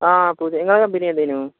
ആ പുതിയ നിങ്ങളുടെ കമ്പനി എന്ത് ചെയ്യുന്നു